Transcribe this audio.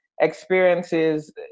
Experiences